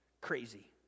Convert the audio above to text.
crazy